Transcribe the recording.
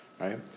Right